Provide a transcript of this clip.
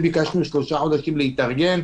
ביקשנו שלושה חודשים כדי להתארגן.